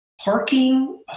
parking